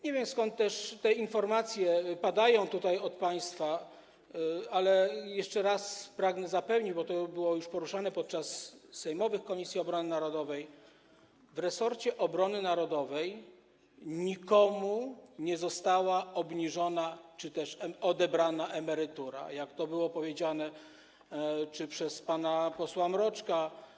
Nie wiem, skąd też te informacje padające tutaj od państwa, ale jeszcze raz pragnę zapewnić, bo to było już poruszane podczas sejmowych posiedzeń Komisji Obrony Narodowej, że w resorcie obrony narodowej nikomu nie została obniżona czy też odebrana emerytura, jak to powiedział pan poseł Mroczek.